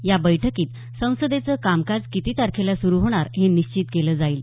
या बैठकीत संसदेचं कामकाज किती तारखेला सुरू होणार हे निश्चित केलं जाईल